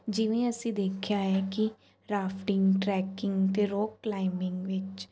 ਜਿਵੇਂ ਅਸੀਂ ਦੇਖਿਆ ਹੈ ਕਿ ਰਾਫਟਿੰਗ ਟਰੈਕਿੰਗ ਅਤੇ ਰੋਪ ਕਲਾਈਮਿੰਗ ਵਿੱਚ